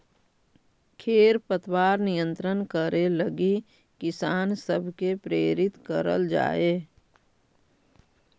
खेर पतवार नियंत्रण करे लगी किसान सब के प्रेरित करल जाए